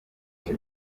gace